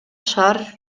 шаар